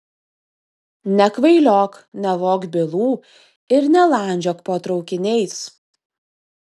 nekvailiok nevok bylų ir nelandžiok po traukiniais